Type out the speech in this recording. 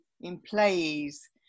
employees